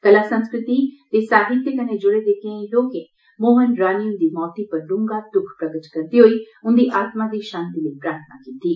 कला संस्कृति ते साहित्य कन्नै जुड़े दे केंई लोकें मोहन रानी हुन्दी मौती पर डूंहगा दुख प्रगट करदे होई उन्दी आत्मा दी शांति लेई प्रार्थना कीती ऐ